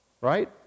Right